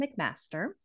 McMaster